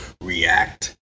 react